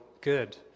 good